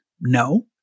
No